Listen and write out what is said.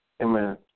Amen